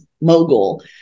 mogul